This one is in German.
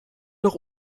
noch